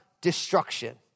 destruction